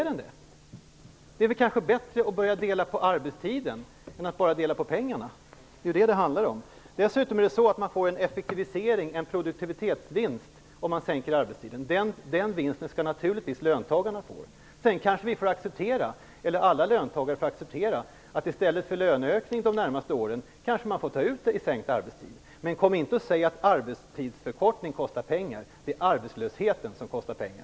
Det är väl bättre att dela på arbetstiden än att bara dela på pengarna? Det är det det handlar om. Man får dessutom en effektivisering, en produktivitetsvinst, om man sänker arbetstiden. Den vinsten skall naturligtvis löntagarna få. Sedan kanske alla löntagare får acceptera att man under de närmaste åren i stället för löneökning får sänkt arbetstid. Men säg inte att arbetstidsförkortning kostar pengar. Det är arbetslösheten som kostar pengar.